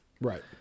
Right